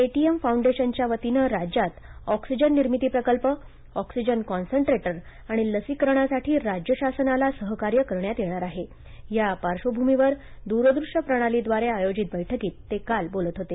पे T M फाऊंडेशनच्या वतीने राज्यात ऑक्सिजन निर्मिती प्रकल्प ऑक्सिजन कॉन्स्ट्रेटर आणि लसीकरणासाठी राज्य शासनाला सहकार्य करण्यात येणार आहे त्या पार्श्वभूमीवर दृरदृश्य प्रणालीद्वारे आयोजित बैठकीत ते काल बोलत होते